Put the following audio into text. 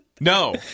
No